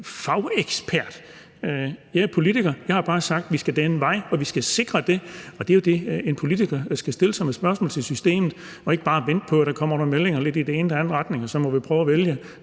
fagekspert; jeg er politiker. Jeg har bare sagt, at vi skal den vej, og at vi skal sikre det. Og det er jo i forhold til det, at en politiker skal stille spørgsmål til systemet, og ikke bare vente på, at der kommer nogle meldinger lidt i den ene og i den anden retning, og så må vi prøve at vælge